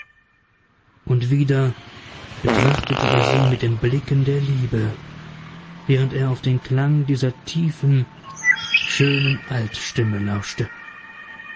und wieder betrachtete er sie mit den blicken der liebe während er auf den klang dieser tiefen schönen altstimme lauschte